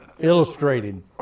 Illustrated